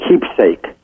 keepsake